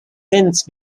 since